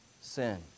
sin